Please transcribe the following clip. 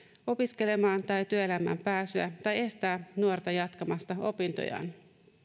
opiskelemaan tai työelämään pääsyä tai estää nuorta jatkamasta opintojaan